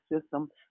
system